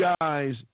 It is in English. guys